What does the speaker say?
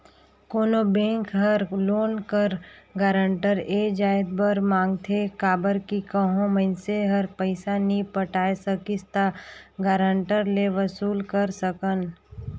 कोनो बेंक हर लोन कर गारंटर ए जाएत बर मांगथे काबर कि कहों मइनसे हर पइसा नी पटाए सकिस ता गारंटर ले वसूल कर सकन